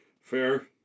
Fair